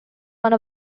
one